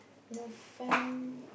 Novem~